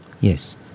Yes